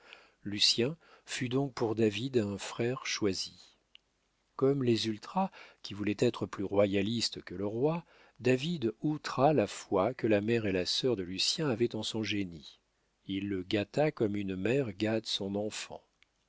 lucien fut donc pour david un frère choisi comme les ultras qui voulaient être plus royalistes que le roi david outra la foi que la mère et la sœur de lucien avaient en son génie il le gâta comme une mère gâte son enfant